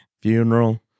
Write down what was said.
funeral